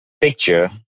picture